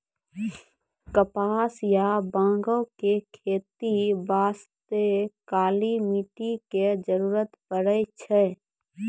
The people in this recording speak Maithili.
कपास या बांगो के खेती बास्तॅ काली मिट्टी के जरूरत पड़ै छै